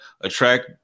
attract